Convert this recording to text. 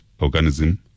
organism